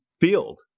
field